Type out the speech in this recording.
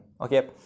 okay